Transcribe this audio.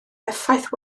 effaith